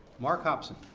mark hopson.